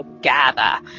gather